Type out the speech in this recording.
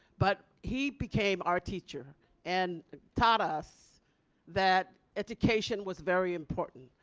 but he became our teacher and taught us that education was very important.